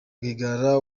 rwigara